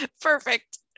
Perfect